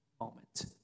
moment